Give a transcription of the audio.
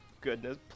goodness